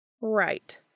Right